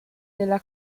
della